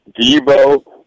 Debo